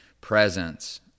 presence